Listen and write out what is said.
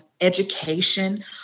education